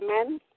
Amen